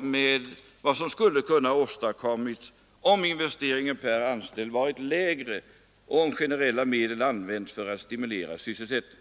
med vad som skulle ha åstadkommits om investeringen per anställd varit lägre och om generella medel använts för att stimulera sysselsättningen.